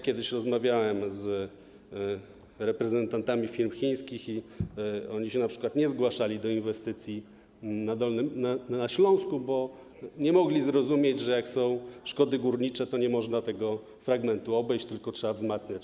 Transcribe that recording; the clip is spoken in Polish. Kiedyś rozmawiałem z reprezentantami firm chińskich i oni np. nie zgłaszali się do inwestycji na Śląsku, bo nie mogli zrozumieć, że jak są szkody górnicze, to nie można tego fragmentu obejść, tylko trzeba to wzmacniać.